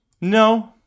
No